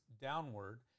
downward